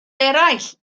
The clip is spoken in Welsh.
eraill